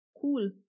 Cool